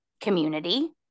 community